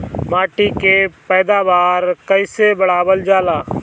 माटी के पैदावार कईसे बढ़ावल जाला?